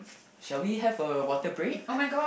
shall we have a water break